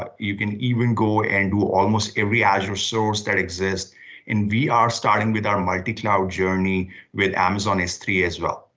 ah you can even go and do almost every azure source that exists and we are starting with our multicloud journey with amazon s three as well.